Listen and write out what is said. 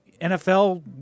NFL